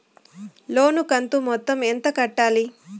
లోను కంతు మొత్తం ఎంత కట్టాలి?